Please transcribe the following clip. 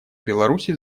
беларуси